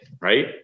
right